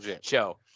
show